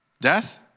Death